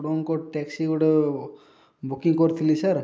ଆପଣଙ୍କ ଟ୍ୟାକ୍ସି ଗୋଟେ ବୁକିଙ୍ଗ୍ କରିଥିଲି ସାର୍